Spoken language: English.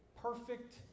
perfect